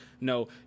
No